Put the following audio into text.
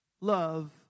love